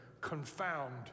confound